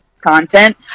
content